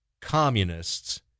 communists